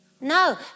No